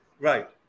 Right